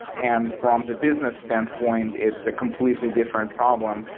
and from the business standpoint, it's a completely different problem,